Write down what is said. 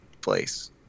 place